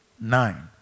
Nine